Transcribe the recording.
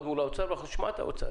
מול האוצר ואנחנו נשמע גם את האוצר.